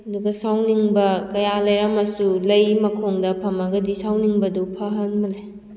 ꯑꯗꯨꯒ ꯁꯥꯎꯅꯤꯡꯕ ꯀꯌꯥ ꯂꯩꯔꯝꯃꯁꯨ ꯂꯩ ꯃꯈꯣꯡꯗ ꯐꯝꯃꯒꯗꯤ ꯁꯥꯎꯅꯤꯡꯕꯗꯨ ꯐꯍꯟꯕꯅꯦ